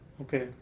Okay